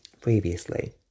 previously